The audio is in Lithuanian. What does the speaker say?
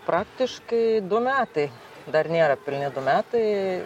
praktiškai du metai dar nėra pilni metai